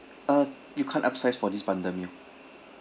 uh you can't upsize for this bundle meal